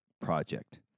project